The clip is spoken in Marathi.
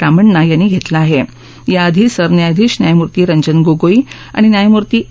रामण्णा यासी घस्तिमा आहक याआधी सरन्यायाधीश न्यायमूर्ती रस्ति गोगोई आणि न्यायमूर्ती ए